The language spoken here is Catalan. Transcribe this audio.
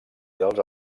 dels